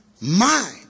mind